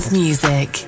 music